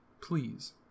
please